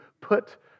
put